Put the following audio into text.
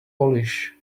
polish